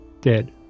dead